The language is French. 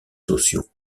sociaux